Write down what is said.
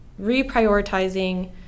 reprioritizing